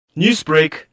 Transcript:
Newsbreak